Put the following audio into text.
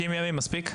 60 יום יספיק.